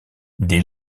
dès